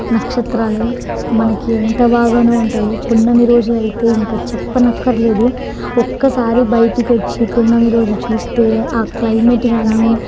నక్షత్రాలే మనకి ఎంత బాగానో ఉంటాయి పున్నమి రోజు అయితే ఇంక చెప్పనక్కర్లేదు ఒక్కసారి బయటికి వచ్చి పున్నమి రోజు చూస్తే ఆ క్లైమేట్ కానీ